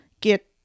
get